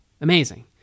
Amazing